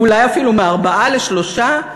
אולי אפילו מארבעה לשלושה?